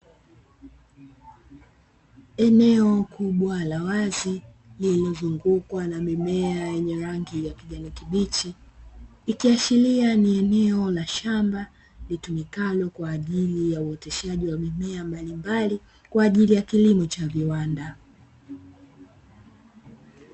Eneo kubwa la wazi, lililogawanywa na mimea yenye rangi ya kijani kibichi, likiashiria ni eneo la shamba litumikalo kwa ajili ya uoteshaji wa mimea mbalimbali, kwa ajili ya kilimo cha viwanda.